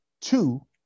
two